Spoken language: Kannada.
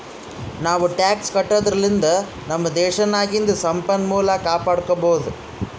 ನಾವೂ ಟ್ಯಾಕ್ಸ್ ಕಟ್ಟದುರ್ಲಿಂದ್ ನಮ್ ದೇಶ್ ನಾಗಿಂದು ಸಂಪನ್ಮೂಲ ಕಾಪಡ್ಕೊಬೋದ್